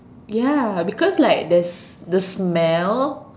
ya because like there's the smell